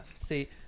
see